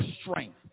strength